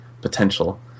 potential